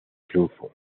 triunfo